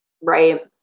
Right